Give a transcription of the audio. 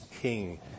King